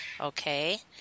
Okay